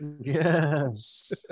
Yes